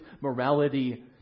morality